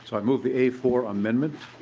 so i move the a for amendment